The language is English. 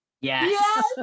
Yes